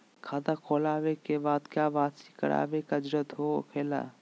खाता खोल आने के बाद क्या बासी करावे का जरूरी हो खेला?